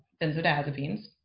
benzodiazepines